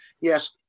Yes